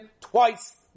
twice